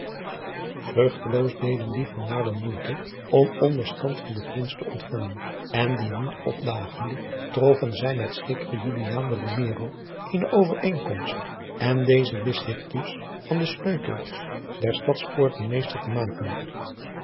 vruchteloos deden die van naarden moeite om onderstand van den prins te ontvangen en die niet opdagende troffen zij met zekeren juliaan de romero eene overeenkomst en deze wist zich dus van de sleutels der stadspoorten meester te maken